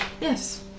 Yes